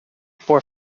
for